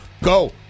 go